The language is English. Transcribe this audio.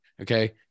Okay